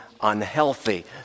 unhealthy